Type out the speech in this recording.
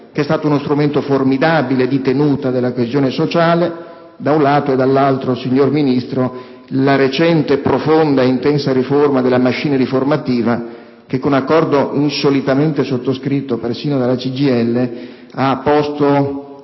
che è stato uno strumento formidabile di tenuta della coesione sociale e, dall'altra, signor Ministro, alla recente, profonda ed intensa riforma della *machinery* formativa, che con un accordo - insolitamente sottoscritto persino dalla CGIL - ha posto